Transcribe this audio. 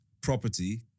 property